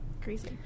Crazy